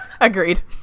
Agreed